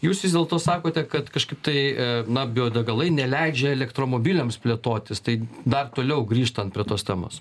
jūs vis dėlto sakote kad kažkaip tai a na bio degalai neleidžia elektromobiliams plėtotis tai dar toliau grįžtant prie tos temos